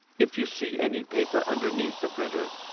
if you see any paper underneath the printer,